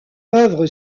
œuvre